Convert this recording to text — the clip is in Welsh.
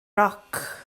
roc